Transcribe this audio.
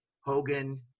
Hogan